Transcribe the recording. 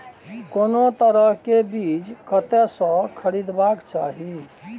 कोनो तरह के बीज कतय स खरीदबाक चाही?